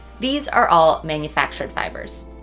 these are all manufactured fibers.